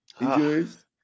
Injuries